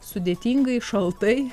sudėtingai šaltai